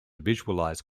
visualize